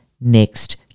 next